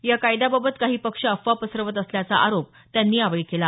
या कायद्याबाबत काही पक्ष अफवा पसरवत असल्याचा आरोप त्यांनी यावेळी केला